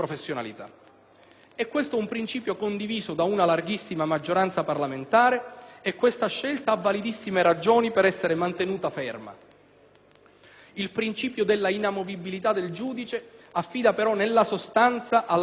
È questo un principio condiviso da una larghissima maggioranza parlamentare e tale scelta ha validissime ragioni per essere mantenuta ferma. Il principio della inamovibilità del giudice affida però, nella sostanza, alla buona volontà